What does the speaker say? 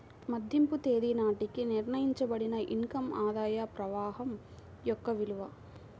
మదింపు తేదీ నాటికి నిర్ణయించబడిన ఇన్ కమ్ ఆదాయ ప్రవాహం యొక్క విలువ